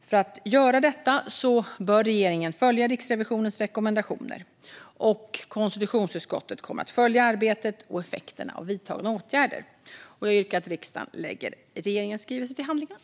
För att göra detta bör regeringen följa Riksrevisionens rekommendationer. Konstitutionsutskottet kommer att följa arbetet och effekterna av vidtagna åtgärder. Jag yrkar bifall till att riksdagen lägger regeringens skrivelse till handlingarna.